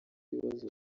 ibibazo